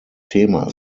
thema